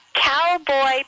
Cowboy